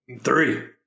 Three